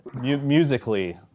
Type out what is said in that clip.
musically